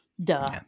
duh